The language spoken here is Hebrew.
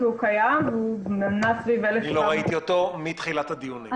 אני מברכת על צמצום המעקב בתקופה זו,